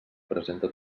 presenta